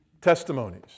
Testimonies